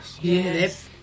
Yes